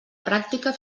pràctica